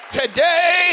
today